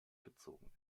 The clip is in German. bezogen